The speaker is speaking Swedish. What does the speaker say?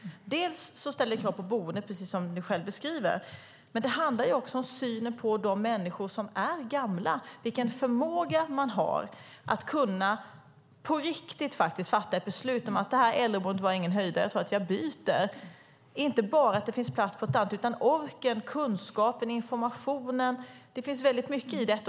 Det ställer krav på boendet, som du själv beskriver, men det handlar också om synen på de människor som är gamla och vilken förmåga de har att på riktigt fatta beslut om att byta från ett äldreboende som de inte gillar. Då gäller det inte bara att det ska finnas plats på ett annat utan det handlar också om att ha orken, kunskapen och informationen. Det finns väldigt mycket i detta.